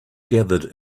gathered